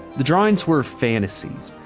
the drawings were fantasies.